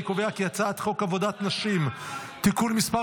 אני קובע כי הצעת חוק עבודת נשים (תיקון מס'